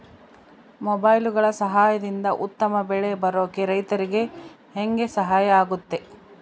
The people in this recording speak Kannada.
ಮೊಬೈಲುಗಳ ಸಹಾಯದಿಂದ ಉತ್ತಮ ಬೆಳೆ ಬರೋಕೆ ರೈತರಿಗೆ ಹೆಂಗೆ ಸಹಾಯ ಆಗುತ್ತೆ?